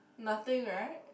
nothing right